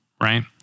right